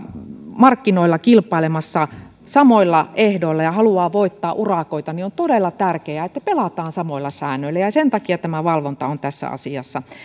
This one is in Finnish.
markkinoilla kilpailemassa samoilla ehdoilla ja haluaa voittaa urakoita niin on todella tärkeää että pelataan samoilla säännöillä ja ja sen takia tämä valvonta on tässä asiassa